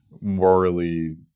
morally